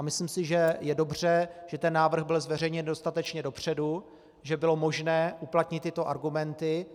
Myslím si, že je dobře, že ten návrh byl zveřejněn dostatečně dopředu, že bylo možné uplatnit tyto argumenty.